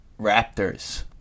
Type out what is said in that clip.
raptors